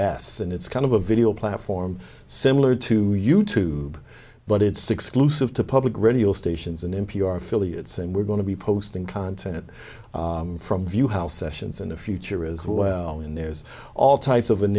s and it's kind of a video platform similar to you tube but it's exclusive to public radio stations and n p r affiliates and we're going to be posting content from view house sessions in the future as well and there's all types of